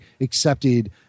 accepted